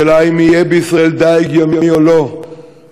בשאלה אם יהיה בישראל דיג ימי או לא,